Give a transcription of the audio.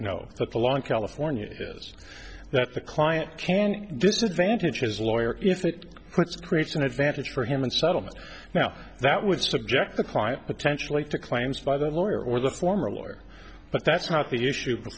know that the long california is that the client can disadvantage his lawyer if it quits creates an advantage for him in settlement now that would subject the client potentially to claims by the lawyer or the former lawyer but that's not the issue befor